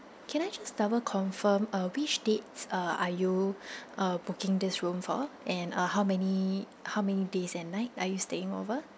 can I just double confirm uh which dates uh are you uh booking this room for and uh how many how many days and night are you staying over